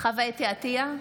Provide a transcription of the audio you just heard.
חוה אתי עטייה,